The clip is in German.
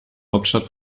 hauptstadt